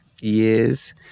years